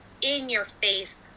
in-your-face